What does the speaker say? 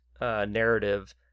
narrative